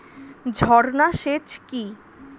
ঝর্না সেচ কি?